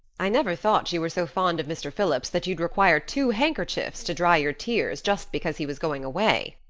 i never thought you were so fond of mr. phillips that you'd require two handkerchiefs to dry your tears just because he was going away,